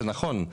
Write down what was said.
זה נכון,